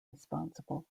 responsible